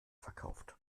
verkauft